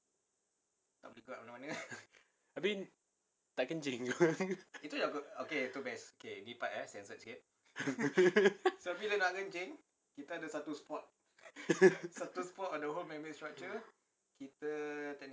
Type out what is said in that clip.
apa nak kencing ke